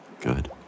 Good